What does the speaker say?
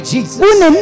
Jesus